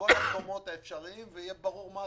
בכל המקומות האפשריים ויהיה ברור מהי.